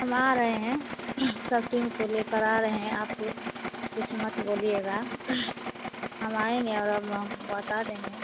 हम आ रहे हैं सब टीम को लेकर आ रहें हैं आप कुछ मत बोलिएगा हम आएंगे और बता देंगे क्या होगा नहीं होगा